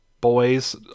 boys